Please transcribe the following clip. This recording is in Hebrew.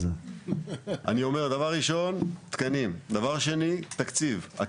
אז --- הדבר הראשון הוא תקנים,